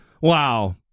Wow